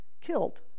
killed